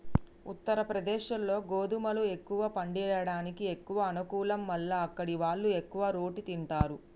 ఉత్తరప్రదేశ్లో గోధుమలు ఎక్కువ పండియడానికి ఎక్కువ అనుకూలం మల్ల అక్కడివాళ్లు ఎక్కువ రోటి తింటారు